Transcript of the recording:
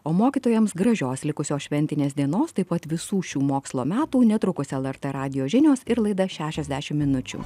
o mokytojams gražios likusios šventinės dienos taip pat visų šių mokslo metų netrukus lrt radijo žinios ir laida šešiasdešim minučių